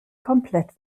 komplett